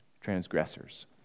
transgressors